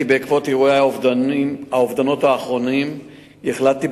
כי בעקבות אירועי האובדנות האחרונים החלטתי,